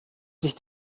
sich